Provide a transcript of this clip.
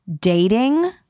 dating